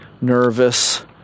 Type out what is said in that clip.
nervous